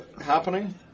happening